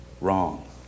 wrong